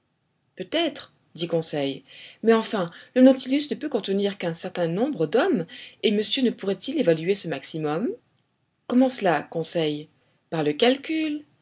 peut-être dit conseil mais enfin le nautilus ne peut contenir qu'un certain nombre d'hommes et monsieur ne pourrait-il évaluer ce maximum comment cela conseil par le calcul